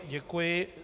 Děkuji.